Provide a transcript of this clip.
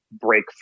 break